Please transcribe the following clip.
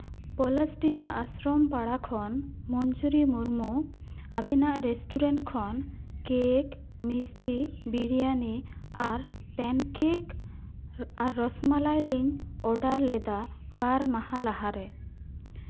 ᱯᱚᱞᱟᱥᱰᱤᱦᱟᱹ ᱟᱥᱨᱚᱢ ᱯᱟᱲᱟ ᱠᱷᱚᱱ ᱢᱚᱧᱡᱩᱨᱤ ᱢᱩᱨᱢᱩ ᱟᱹᱵᱤᱱᱟᱜ ᱨᱮᱥᱴᱩᱨᱮᱱᱴ ᱠᱷᱚᱱ ᱠᱮᱠ ᱢᱤᱥᱴᱤ ᱵᱤᱨᱭᱟᱱᱤ ᱟᱨ ᱯᱮᱱ ᱠᱮᱠ ᱟᱨ ᱨᱚᱥᱢᱟᱞᱟᱭ ᱞᱤᱧ ᱚᱰᱟᱨ ᱞᱮᱫᱟ ᱵᱟᱨ ᱢᱟᱦᱟ ᱞᱟᱦᱟᱨᱮ